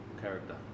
character